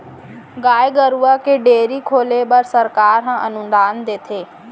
गाय गरूवा के डेयरी खोले बर सरकार ह अनुदान देथे